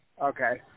Okay